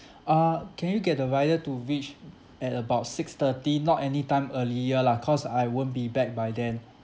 uh can you get the rider to reach at about six thirty not anytime earlier lah cause I won't be back by then